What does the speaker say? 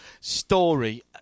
story